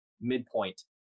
midpoint